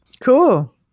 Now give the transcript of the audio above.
Cool